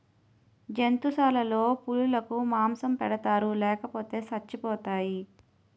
జంతుశాలలో పులులకు మాంసం పెడతారు లేపోతే సచ్చిపోతాయి